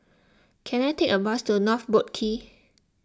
can I take a bus to North Boat Quay